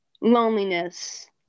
loneliness